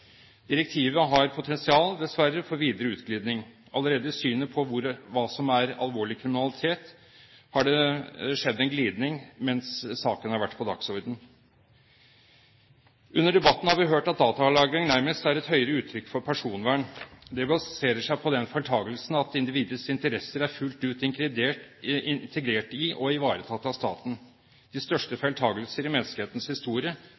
Direktivet har dessverre potensial for videre utglidning. Allerede i synet på hva som er alvorlig kriminalitet, har det skjedd en glidning mens saken har vært på dagsordenen. Under debatten har vi hørt at datalagring nærmest er et høyere uttrykk for personvern. Det baserer seg på den feiltagelsen at individets interesser er fullt ut integrert i og ivaretatt av staten. De største feiltagelser i menneskehetens historie